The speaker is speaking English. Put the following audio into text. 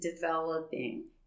developing